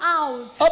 out